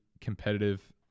competitive